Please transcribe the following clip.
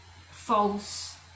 false